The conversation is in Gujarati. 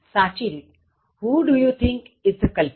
સાચી રીત Who do you think is the culprit